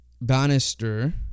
Bannister